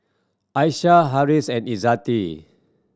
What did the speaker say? Aisyah Harris and Izzati